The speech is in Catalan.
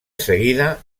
seguida